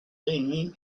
singing